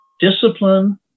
discipline